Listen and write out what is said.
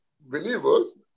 believers